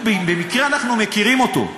במקרה אנחנו מכירים אותו,